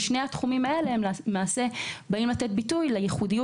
שני התחומים האלה למעשה באים לתת ביטוי לייחודיות